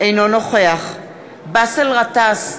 אינו נוכח באסל גטאס,